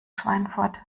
schweinfurt